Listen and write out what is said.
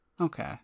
Okay